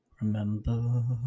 Remember